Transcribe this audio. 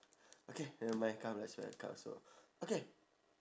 okay nevermind come let's find a card also okay